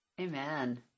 Amen